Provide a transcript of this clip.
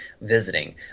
visiting